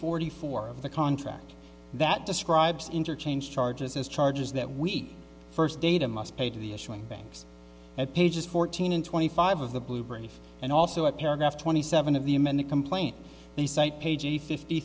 forty four of the contract that describes interchange charges as charges that we first data must pay to the issuing banks at pages fourteen and twenty five of the blue brief and also a paragraph twenty seven of the amended complaint they cite page eighty fifty